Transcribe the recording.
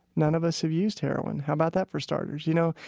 none of us have used heroin how about that for starters, you know?